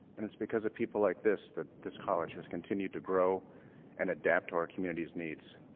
and it's because of people like this that this college has continued to grow and adapt to our community's needs.